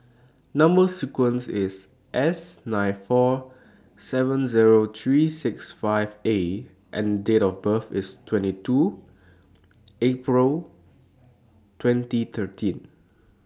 Number sequence IS S nine four seven Zero three six five A and Date of birth IS twenty two April twenty thirteen